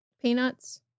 Peanuts